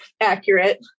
accurate